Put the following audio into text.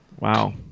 Wow